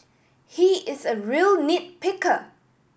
he is a real nit picker